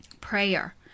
Prayer